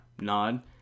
nod